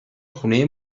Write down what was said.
خونه